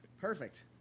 Perfect